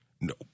No